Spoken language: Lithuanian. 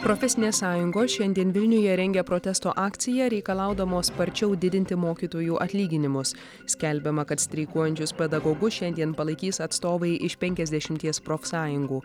profesinės sąjungos šiandien vilniuje rengia protesto akciją reikalaudamos sparčiau didinti mokytojų atlyginimus skelbiama kad streikuojančius pedagogus šiandien palaikys atstovai iš penkiasdešimties profsąjungų